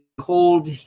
hold